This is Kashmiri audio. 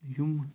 یِم